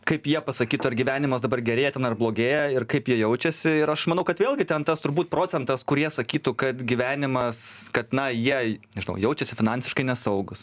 kaip jie pasakytų ar gyvenimas dabar gerėja ten ar blogėja ir kaip jie jaučiasi ir aš manau kad vėlgi ten tas turbūt procentas kurie sakytų kad gyvenimas kad na jie nežinau jaučiasi finansiškai nesaugūs